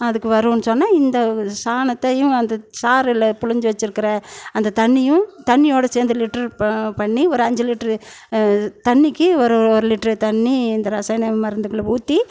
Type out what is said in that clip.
அதுக்கு வருன்னு சொன்னால் இந்த சாணத்தையும் அந்த சாறில் பிழிஞ்சி வெச்சுருக்கிற அந்த தண்ணீரையும் தண்ணீரையோட சேர்ந்து லிட்டரு ப பண்ணி ஒரு அஞ்சு லிட்டரு தண்ணிக்கு ஒரு ஒரு லிட்டரு தண்ணி இந்த ரசாயனம் மருந்துகளை ஊற்றி